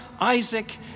Isaac